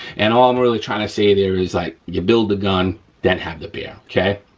and all i'm really trying to say there is like you build the gun then have the beer, okay?